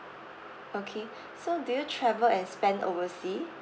okay so do you travel and spend oversea